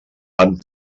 amb